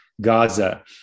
Gaza